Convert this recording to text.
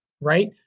right